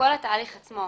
בכל התהליך עצמו.